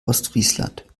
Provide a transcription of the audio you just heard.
ostfriesland